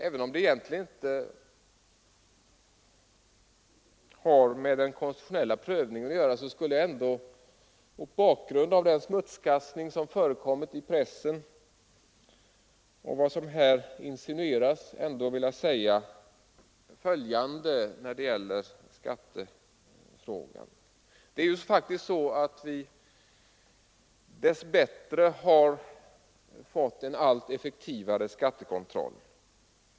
Även om det egentligen inte har med den konstitutionella prövningen att göra skulle jag ändå mot bakgrund av den smutskastning som förekommit i pressen och av vad som här insinueras ändå vilja säga följande i skattefrågan. Dess bättre har vi fått en allt effektivare skattekontroll.